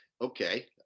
Okay